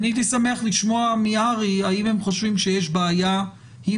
אני הייתי שמח לשמוע מאר"י האם הם חושבים שיש בעיה עם